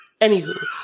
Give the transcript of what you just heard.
Anywho